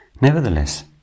Nevertheless